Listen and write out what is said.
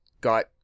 got